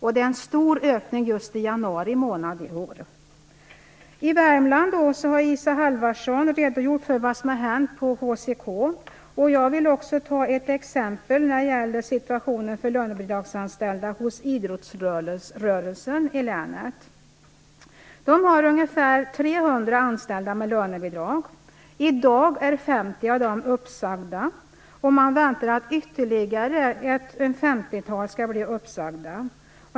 Det är en stor ökning just i januari månad i år. Isa Halvarsson har redogjort för vad som har hänt på HCK i Värmland. Jag vill också ta ett exempel när det gäller situationen för lönebidragsanställda hos idrottsrörelsen i länet. De har ungefär 300 anställda med lönebidrag. I dag är 50 av dem uppsagda och man väntar att ytterligare ett femtiotal skall bli uppsagda.